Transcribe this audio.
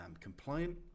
compliant